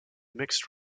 mixed